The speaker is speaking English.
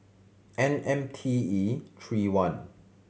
N M T E three one